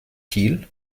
kiel